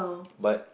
but